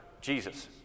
Jesus